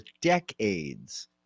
decades